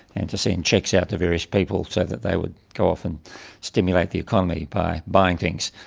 and to send cheques out to various people so that they would go off and stimulate the economy by buying things.